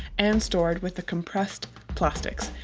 and stored with the compressed plastics.